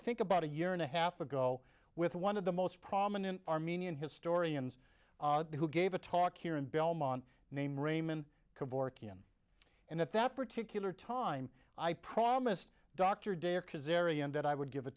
think about a year and a half ago with one of the most prominent armenian historians who gave a talk here in belmont name raman kevorkian and at that particular time i promised dr de or khazarian that i would give a